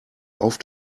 auf